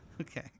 Okay